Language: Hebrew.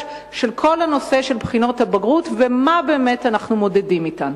של כל הנושא של בחינות הבגרות ומה באמת אנחנו מודדים אתן.